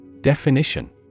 Definition